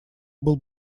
был